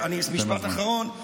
משפט אחרון.